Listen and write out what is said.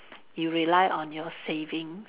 you rely on your savings